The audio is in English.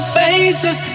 faces